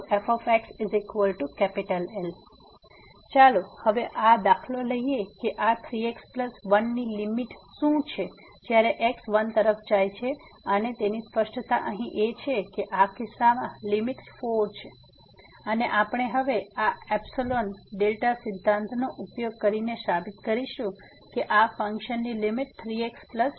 તેથી ચાલો હવે આ દાખલો લઈએ કે આ 3x 1 ની લીમીટ શું છે જયારે x 1 તરફ જાય છે અને તેની સ્પષ્ટતા અહીં છે કે આ કિસ્સામાં લીમીટ 4 છે અને આપણે હવે આ ϵδ સિધ્ધાંતનો ઉપયોગ કરીને સાબિત કરીશું કે આ ફન્કશનની લીમીટ 3x 1